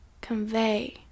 convey